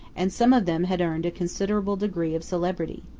and some of them had earned a considerable degree of celebrity.